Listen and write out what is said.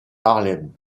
harlem